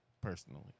personally